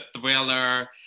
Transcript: thriller